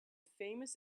famous